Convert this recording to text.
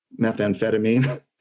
methamphetamine